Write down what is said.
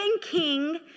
king